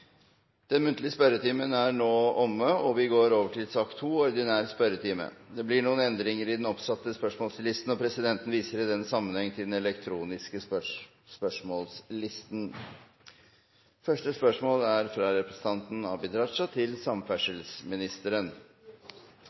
Den muntlige spørretimen er nå omme, og vi går over til den ordinære spørretimen. Det blir noen endringer i den oppsatte spørsmålslisten. Presidenten viser i den sammenheng til den elektroniske spørsmålslisten som er